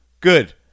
Good